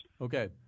Okay